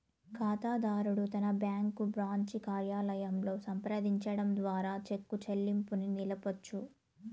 కాతాదారుడు తన bank branch కార్యాలయంలో సంప్రదించడం ద్వారా చెక్కు చెల్లింపుని నిలపొచ్చు